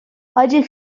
حاجی